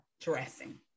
dressing